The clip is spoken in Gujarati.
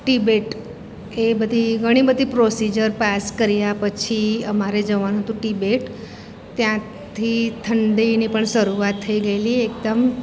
તિબેટ એ બધી ઘણી બધી પ્રોસીજર પાસ કર્યા પછી અમારે જવાનું હતું તિબેટ ત્યાંથી ઠંડીની પણ શરૂઆત થઈ ગયેલી એકદમ